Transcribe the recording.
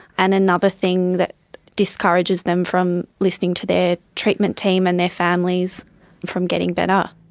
and another thing that discourages them from listening to their treatment team and their families from getting better.